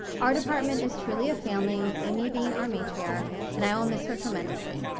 our department is truly a family with amy being our matriarch and i will miss her tremendously.